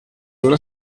una